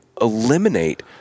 eliminate